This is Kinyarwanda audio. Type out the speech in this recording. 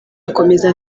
akomeza